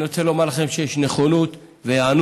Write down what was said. אני רוצה לומר לכם שיש נכונות והיענות.